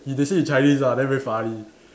he they say in Chinese lah then very funny